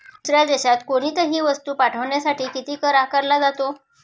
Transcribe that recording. दुसऱ्या देशात कोणीतही वस्तू पाठविण्यासाठी किती कर आकारला जातो?